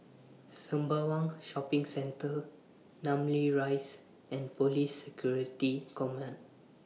Sembawang Shopping Centre Namly Rise and Police Security Command